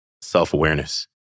self-awareness